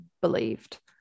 believed